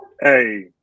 hey